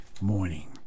morning